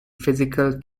physical